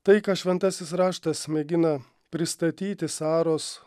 tai ką šventasis raštas mėgina pristatyti saros